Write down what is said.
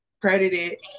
credited